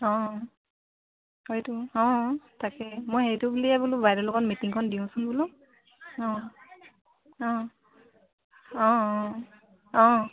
অঁ হয়তো অঁ তাকে মই সেইটো বুলিয়ে বোলো বাইদেউ লগত মিটিংখন দিওঁচোন বোলো অঁ অঁ অঁ অঁ অঁ